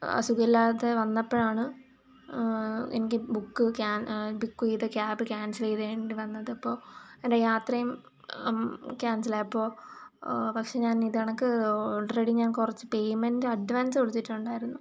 സുഖമില്ലാതെ വന്നപ്പോഴാണ് എനിക്ക് ബുക്ക് ബുക്ക് ചെയ്ത ക്യാബ് ക്യാൻസൽ ചെയ്യേണ്ടി വന്നത് അപ്പോൾ എൻ്റെ യാത്രയും ക്യാൻസലായി അപ്പോൾ പക്ഷേ ഞാൻ ഇതുകണക്ക് ഓൾറെഡി ഞാൻ കുറച്ച് പേയ്മെന്റ് അഡ്വാൻസ്സ് കൊടുത്തിട്ടുണ്ടായിരുന്നു